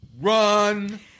Run